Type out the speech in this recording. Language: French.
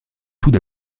tout